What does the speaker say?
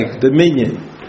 dominion